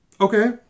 Okay